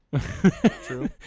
True